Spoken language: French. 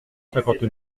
cinquante